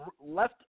left